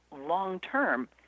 long-term